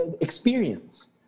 experience